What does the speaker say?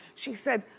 she said,